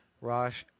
Rosh